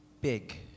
big